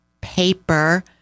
paper